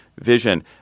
vision